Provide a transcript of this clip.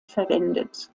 verwendet